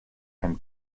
and